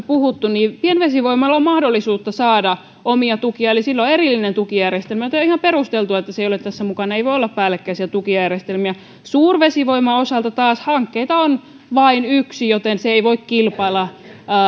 puhuttu vesivoimasta pienvesivoimalla on mahdollisuus saada omia tukia eli sillä on erillinen tukijärjestelmä joten on ihan perusteltua että se ei ole tässä mukana ei voi olla päällekkäisiä tukijärjestelmiä suurvesivoiman osalta taas hankkeita on vain yksi joten se ei voi kilpailla